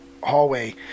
hallway